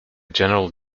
general